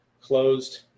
closed